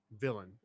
Villain